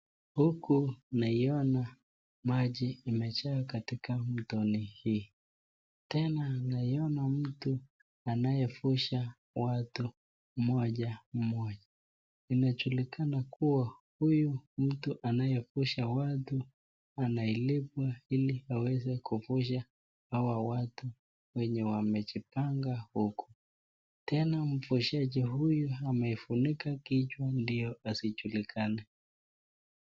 Huku naiona maji imejaa katika mitoni hii. Tena naiona mtu anayevusha watu moja moja. Inajulikana kuwa huyu mtu anayevusha watu analipwa ili aweze kuvusha hawa watu wenye wamejipanga huko. Tena mvushaji huyu amaefunika kichwa ndio asijulikane.